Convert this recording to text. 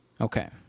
Okay